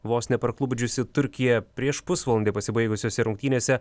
vos neparklupdžiusi turkija prieš pusvalandį pasibaigusiose rungtynėse